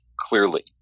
clearly